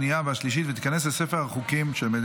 בעד, 24, נגד, שבעה,